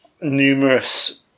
numerous